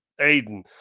Aiden